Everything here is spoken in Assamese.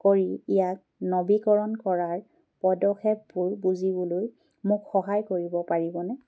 কৰি ইয়াক নৱীকৰণ কৰাৰ পদক্ষেপবোৰ বুজিবলৈ মোক সহায় কৰিব পাৰিবনে